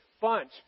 Bunch